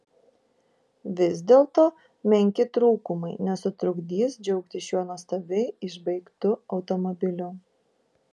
vis dėlto menki trūkumai nesutrukdys džiaugtis šiuo nuostabiai išbaigtu automobiliu